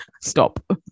Stop